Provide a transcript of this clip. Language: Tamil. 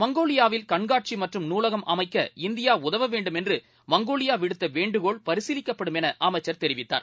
மங்கோலியாவில் கண்காட்சிமற்றும் நூலகம் அமைக்க இந்தியாஉதவவேண்டும் என்று மங்கோலியாவிடுத்தவேண்டுகோள் பரிசீலிக்கப்படும் எனஅமைச்சர் தெரிவித்தார்